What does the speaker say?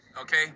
Okay